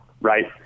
right